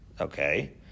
Okay